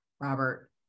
Robert